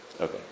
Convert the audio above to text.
Okay